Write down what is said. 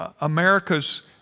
America's